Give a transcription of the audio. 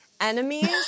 Enemies